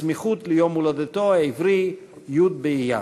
בסמיכות ליום הולדתו העברי, י' באייר.